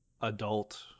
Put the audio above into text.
adult